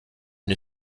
une